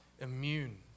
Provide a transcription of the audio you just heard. immune